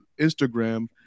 Instagram